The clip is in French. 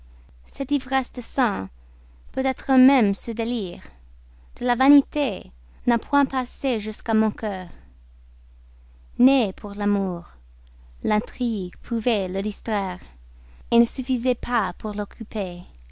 cette ivresse des sens peut-être même ce délire de la vanité n'a point passé jusqu'à mon cœur né pour l'amour l'intrigue pouvait le distraire ne suffisait pas pour l'occuper